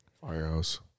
Firehouse